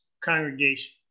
congregation